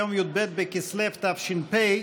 היום י"ב בכסלו תש"ף,